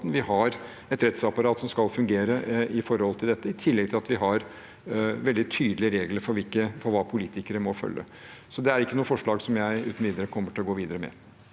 vi har et rettsapparat som skal fungere når det gjelder dette, i tillegg til at vi har veldig tydelige regler for hva politikere må følge. Det er ikke noe forslag som jeg uten videre kommer til å gå videre med.